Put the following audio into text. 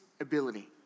ability